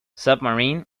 submarine